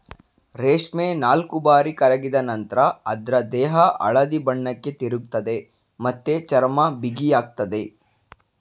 ರೇಷ್ಮೆ ನಾಲ್ಕುಬಾರಿ ಕರಗಿದ ನಂತ್ರ ಅದ್ರ ದೇಹ ಹಳದಿ ಬಣ್ಣಕ್ಕೆ ತಿರುಗ್ತದೆ ಮತ್ತೆ ಚರ್ಮ ಬಿಗಿಯಾಗ್ತದೆ